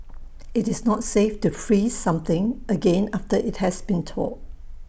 IT is not safe to freeze something again after IT has been thawed